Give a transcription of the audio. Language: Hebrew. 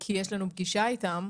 כי יש לנו פגישה איתם,